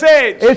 age